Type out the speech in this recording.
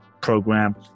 program